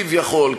כביכול,